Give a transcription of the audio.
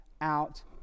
out